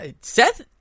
Seth